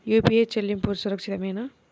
UPI చెల్లింపు సురక్షితమేనా?